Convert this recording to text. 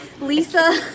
Lisa